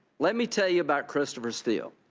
let me tell you about christopher steele.